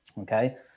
Okay